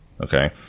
Okay